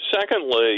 Secondly